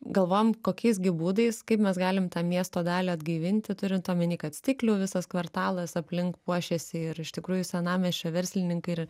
galvojom kokiais gi būdais kaip mes galim tą miesto dalį atgaivinti turint omeny kad stiklių visas kvartalas aplink puošiasi ir iš tikrųjų senamiesčio verslininkai ir